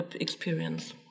experience